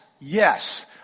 yes